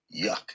yuck